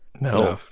no